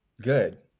good